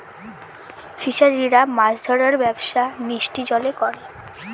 ফিসারিরা মাছ ধরার ব্যবসা মিষ্টি জলে করে